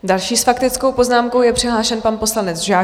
Další s faktickou poznámkou je přihlášen pan poslanec Žáček.